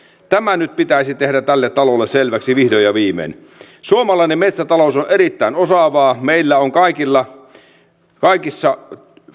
tämä nyt pitäisi tehdä tälle talolle selväksi vihdoin ja viimein suomalainen metsätalous on on erittäin osaavaa meillä on kaikissa